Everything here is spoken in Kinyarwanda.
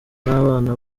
n’abana